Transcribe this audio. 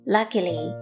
Luckily